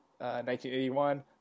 1981